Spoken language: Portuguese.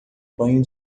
banho